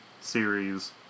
series